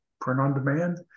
print-on-demand